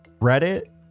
Reddit